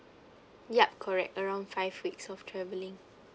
yup correct around five weeks of travelling